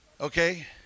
okay